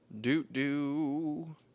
Do-do